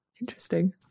interesting